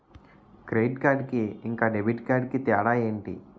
Credit card కి ఇంకా debit card కి తేడా ఏంటి?